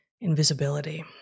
invisibility